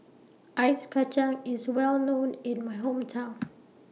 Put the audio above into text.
Ice Kacang IS Well known in My Hometown